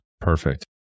Perfect